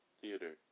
theater